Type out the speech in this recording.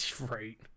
Right